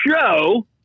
show